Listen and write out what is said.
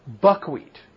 Buckwheat